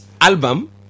album